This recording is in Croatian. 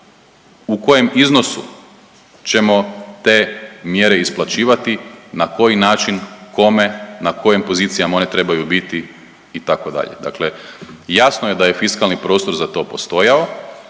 u kojem iznosu ćemo te mjere isplaćivati, na koji način, kome, na kojim pozicijama one trebaju biti, itd. Dakle jasno je da je fiskalni prostor za to postojao,